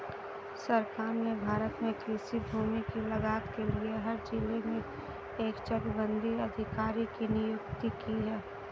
सरकार ने भारत में कृषि भूमि की लागत के लिए हर जिले में एक चकबंदी अधिकारी की नियुक्ति की है